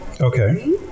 okay